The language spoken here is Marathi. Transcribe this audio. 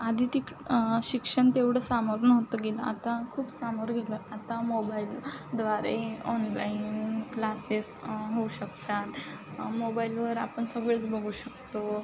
आधी ती शिक्षण तेवढं समोर नव्हतं गेलं आता खूप समोर गेलं आता मोबाईल द्वारे ऑनलाईन क्लासेस होऊ शकतात मोबाईलवर आपण सगळंच बघू शकतो